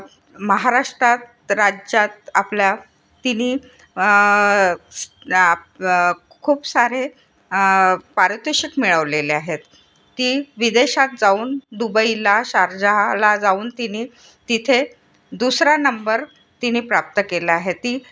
महाराष्ट्रात राज्यात आपल्या तिनी खूप सारे पारितोषिक मिळवलेले आहेत ती विदेशात जाऊन दुबईला शारजहाला जाऊन तिनी तिथे दुसरा नंबर तिनी प्राप्त केला आहे ती